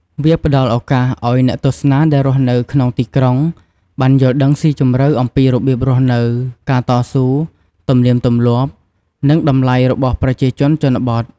វាផ្តល់ឱកាសឱ្យ អ្នកទស្សនាដែលរស់នៅក្នុងទីក្រុង បានយល់ដឹងស៊ីជម្រៅអំពីរបៀបរស់នៅ ការតស៊ូ ទំនៀមទម្លាប់ និងតម្លៃរបស់ប្រជាជនជនបទ។